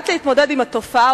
כדי להתמודד עם התופעה,